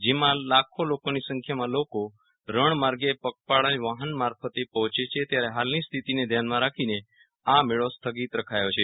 જેમાં લાખોની સંખ્યામાં લોકો રણ માર્ગે પગપાળા અને વાહનો મારફતે પહોંચે છે ત્યારે હાલની સ્થિતિને ધ્યાનમાં રાખીને આ મેળો સ્થગિત રખાયો છે